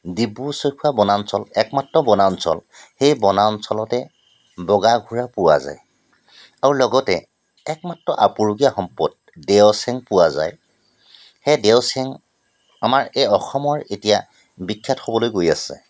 ডিব্ৰু চৈখোৱা বনাঞ্চল একমাত্ৰ বনাঞ্চল সেই বনাঞ্চলতে বগা ঘোঁৰা পোৱা যায় আৰু লগতে একমাত্ৰ আপুৰুগীয়া সম্পদ দেওচেং পোৱা যায় সেই দেওচেং আমাৰ এই অসমৰ এতিয়া বিখ্যাত হ'বলৈ গৈ আছে